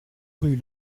rue